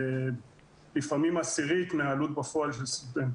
לפעמים עשירית מהעלות בפועל של סטודנט.